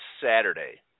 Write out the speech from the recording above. Saturday